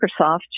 Microsoft